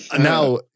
Now